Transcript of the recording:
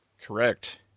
Correct